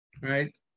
right